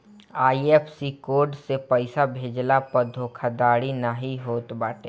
IFSC code से पइसा भेजला पअ धोखाधड़ी नाइ होत बाटे